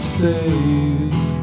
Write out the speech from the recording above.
saves